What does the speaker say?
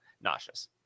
nauseous